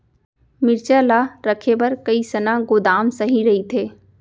मिरचा ला रखे बर कईसना गोदाम सही रइथे?